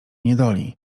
niedoli